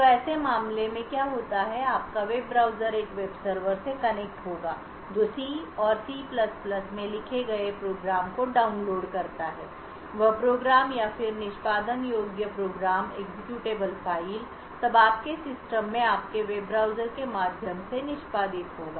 तो ऐसे मामले में क्या होता है आपका वेब ब्राउज़र एक वेब सर्वर से कनेक्ट होगा जो सी और सी में लिखे गए प्रोग्राम को डाउनलोड करता है वह प्रोग्राम या फिर निष्पादन योग्य प्रोग्राम तब आपके सिस्टम में आपके वेब ब्राउज़र के माध्यम से निष्पादित होगा